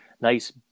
nice